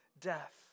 death